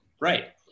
Right